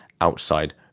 outside